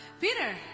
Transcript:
Peter